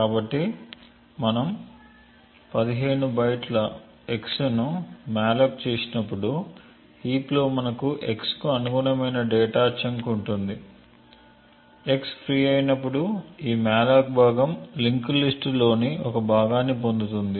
కాబట్టి మనం 15 బైట్ల x ను మాలోక్ చేసినప్పుడు హీప్ లో మనకు x కు అనుగుణమైన డేటా చంక్ ఉంటుంది x ఫ్రీ అయినప్పుడు ఈ మాలోక్ భాగం లింక్డ్ లిస్ట్ లోని ఒక భాగాన్ని పొందుతుంది